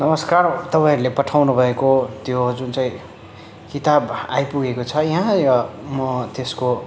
नमस्कार तपाईँहरूले पठाउनु भएको त्यो जुन चाहिँ किताब आइपुगेको छ यहाँ र म त्यसको